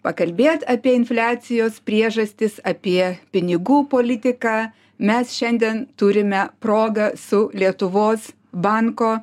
pakalbėt apie infliacijos priežastis apie pinigų politiką mes šiandien turime progą su lietuvos banko